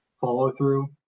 follow-through